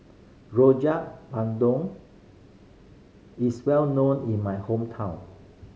Rojak Bandung is well known in my hometown